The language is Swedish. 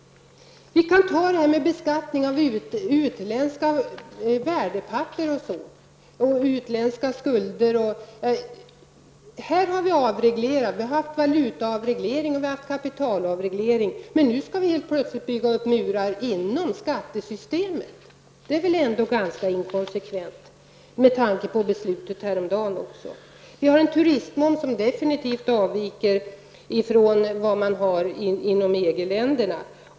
Som ett exempel kan nämnas beskattning av värdepapper och skulder i utlandet. Här har det avreglerats genom valutaavreglering och kapitalavreglering. Nu skall det helt plötsligt byggas upp murar inom skattesystemet. Det är väl ändå ganska inkonsekvent, särskilt med tanke på det beslut som fattades häromdagen. Turistmomsen avviker definitivt från hur det förhåller sig inom EG-länderna.